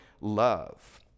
love